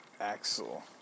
axle